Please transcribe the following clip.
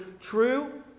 true